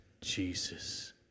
Jesus